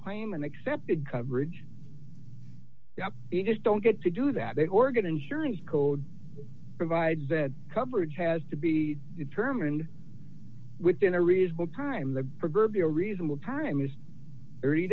claim and accepted coverage it just don't get to do that they organ insurance code provides that coverage has to be determined within a reasonable time the proverbial reasonable time is thirty